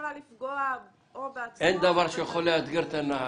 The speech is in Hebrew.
שיכולה לפגוע או בעצמו או במישהו אחר.